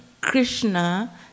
Krishna